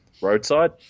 roadside